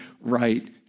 right